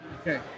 Okay